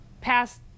past